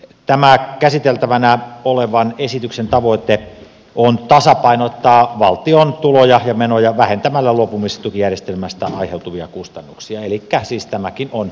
tämän käsiteltävänä olevan esityksen tavoite on tasapainottaa valtion tuloja ja menoja vähentämällä luopumistukijärjestelmästä aiheutuvia kustannuksia elikkä siis tämäkin on säästölaki